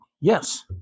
yes